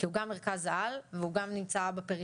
כי הוא גם מרכז על והוא גם נמצא בפריפריה.